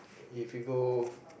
if you go